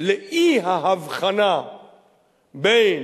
לאי-הבחנה בין